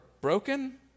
broken